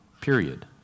period